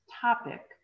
topic